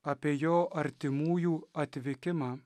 apie jo artimųjų atvykimą